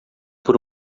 por